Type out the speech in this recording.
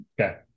Okay